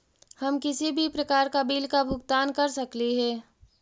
हम किसी भी प्रकार का बिल का भुगतान कर सकली हे?